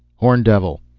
horndevil,